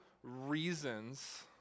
reasons